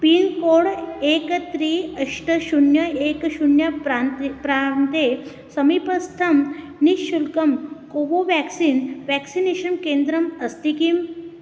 pin code एकं त्रीणि अष्ट शून्यम् एकं शून्यं प्रान्ते प्रान्ते समीपस्थं निःशुल्कं कोवोवाक्सिन् व्याक्सिनेषन् केन्द्रम् अस्ति किम्